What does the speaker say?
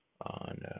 on